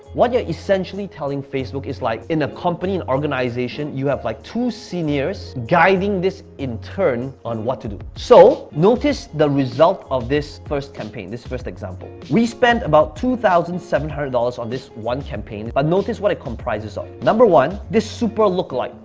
what you're essentially telling facebook is like in a company and organization, you have like, two seniors guiding this intern on what to do. so notice the result of this first campaign, this first example. we spent about two thousand seven hundred dollars on this one campaign. but notice what it comprises of. number one, this super lookalike.